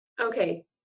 Okay